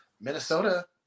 Minnesota